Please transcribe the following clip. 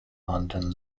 london